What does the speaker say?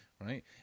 Right